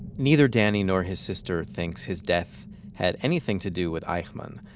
neither danny nor his sister thinks his death had anything to do with eichmann.